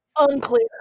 Unclear